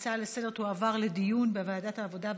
ההצעה לסדר-היום תועבר לדיון בוועדת העבודה,